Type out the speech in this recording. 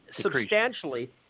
substantially